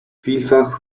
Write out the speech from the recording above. vielfach